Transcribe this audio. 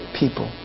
people